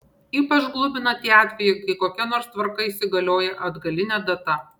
ypač glumina tie atvejai kai kokia nors tvarka įsigalioja atgaline data